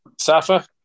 Safa